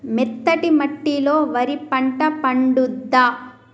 మెత్తటి మట్టిలో వరి పంట పండుద్దా?